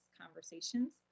conversations